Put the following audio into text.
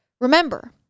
Remember